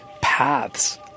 paths